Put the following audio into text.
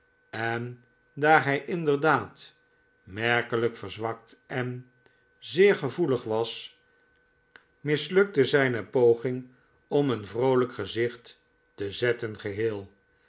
en daar hij inderdaad merkelijk verzwakt en zeer gevoelig was mislukto zijne poging om een vroolijk gezicht te zetten geheel